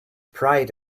pride